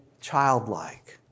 childlike